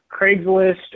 Craigslist